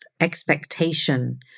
expectation